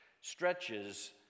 stretches